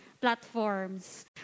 platforms